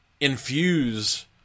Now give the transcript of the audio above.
infuse